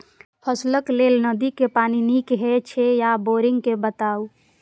फसलक लेल नदी के पानी नीक हे छै या बोरिंग के बताऊ?